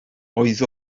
oedd